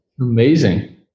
Amazing